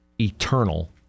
eternal